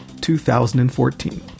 2014